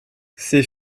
ces